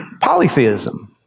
polytheism